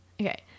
Okay